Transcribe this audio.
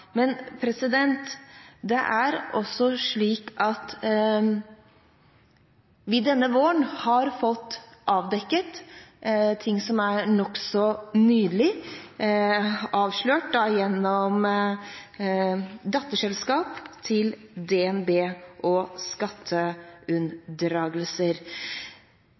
Det er også slik at vi denne våren har fått avdekket ting, og hvor en nokså nylig avslørte, gjennom datterselskap til DNB, skatteunndragelser.